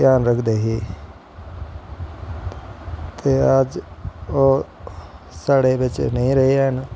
ध्यान रखदे हे ते अज्ज ओह् साढ़े बिच्च नेंई रेह् हैन